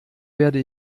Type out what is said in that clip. werde